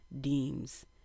deems